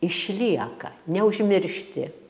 išlieka neužmiršti